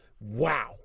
Wow